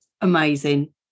Amazing